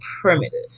primitive